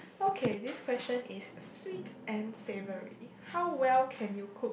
okay this question is sweet and savoury how well can you cook